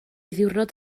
ddiwrnod